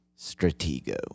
stratego